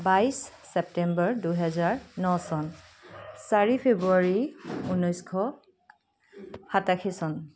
বাইছ ছেপ্টেম্বৰ দুহেজাৰ ন চন চাৰি ফেব্ৰুৱাৰী ঊনৈছশ সাতাশী চন